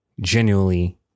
genuinely